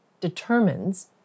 determines